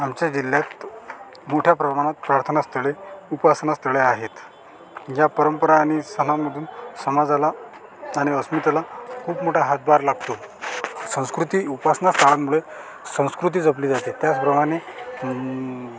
आमच्या जिल्ह्यात मोठ्या प्रमाणात प्रार्थना स्थळे उपासना स्थळे आहेत या परंपरा आणि सणांमधून समाजाला आणि अस्मितेला खूप मोठा हातभार लागतो संस्कृती उपासना स्थानामुळे संस्कृती जपली जाते त्याचप्रमाणे